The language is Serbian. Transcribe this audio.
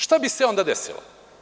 Šta bi se onda desilo?